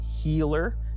healer